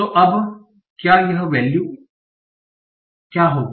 तो अब क्या यह वैल्यू क्या होंगी